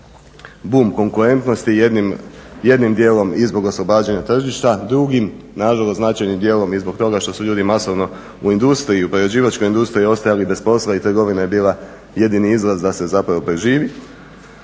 bum konkurentnosti jednim dijelom i zbog oslobađanja tržišta, drugim na žalost značajnim dijelom i zbog toga što su ljudi masovno u industriji u prerađivačkoj industriji ostajali bez posla i trgovina je bila jedini izlaz da se zapravo preživi.